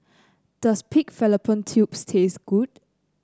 does Pig Fallopian Tubes taste good